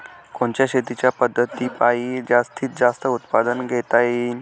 कोनच्या शेतीच्या पद्धतीपायी जास्तीत जास्त उत्पादन घेता येईल?